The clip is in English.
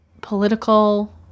political